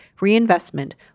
reinvestment